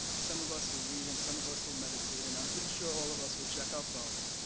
some of us will read. and some of us will meditate. and i'm pretty sure all of us will check our phones.